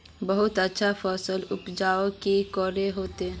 बहुत अच्छा फसल उपजावेले की करे होते?